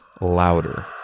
louder